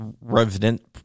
resident